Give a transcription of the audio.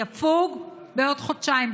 יפוג בעוד חודשיים,